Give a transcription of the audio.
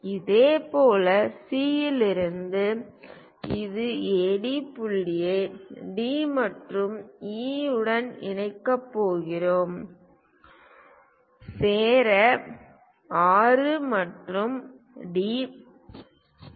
இதேபோல் C இலிருந்து இது AD புள்ளியை D மற்றும் E உடன் இணைக்கப் போகிறது சேர 6 மற்றும் டி